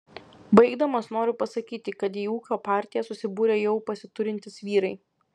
baigdamas noriu pasakyti kad į ūkio partiją susibūrė jau pasiturintys vyrai